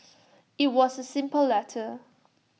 IT was A simple letter